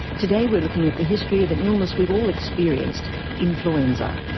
today we're looking at the history of an illness we've all experienced influenza.